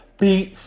beat